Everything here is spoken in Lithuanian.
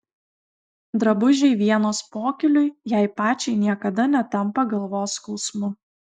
drabužiai vienos pokyliui jai pačiai niekada netampa galvos skausmu